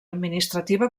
administrativa